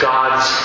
God's